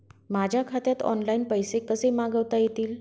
माझ्या खात्यात ऑनलाइन पैसे कसे मागवता येतील?